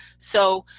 so,